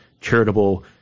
charitable